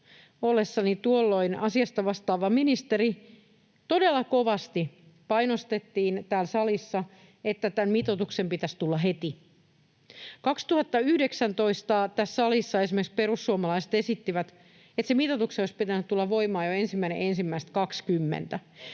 ollessani tuolloin asiasta vastaava ministeri, todella kovasti painostettiin täällä salissa, että tämän mitoituksen pitäisi tulla heti. 2019 tässä salissa esimerkiksi perussuomalaiset esittivät, että sen mitoituksen olisi pitänyt tulla voimaan jo 1.1.20.